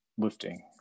lifting